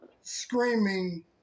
screaming